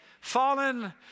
fallen